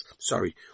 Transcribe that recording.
sorry